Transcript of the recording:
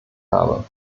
habe